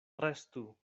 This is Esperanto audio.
restu